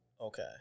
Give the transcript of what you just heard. Okay